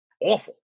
awful